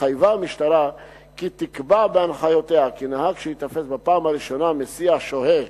התחייבה המשטרה כי תקבע בהנחיותיה כי נהג שייתפס בפעם הראשונה מסיע שוהה